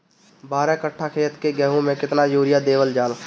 बारह कट्ठा खेत के गेहूं में केतना यूरिया देवल जा?